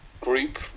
group